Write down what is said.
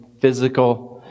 physical